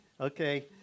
Okay